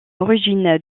origine